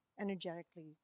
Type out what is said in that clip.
energetically